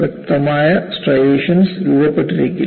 വ്യക്തമായ സ്ട്രൈയേഷൻസ് രൂപപ്പെട്ടിരിക്കില്ല